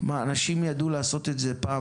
אנשים ידעו לעשות את זה פעם,